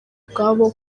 ubwabo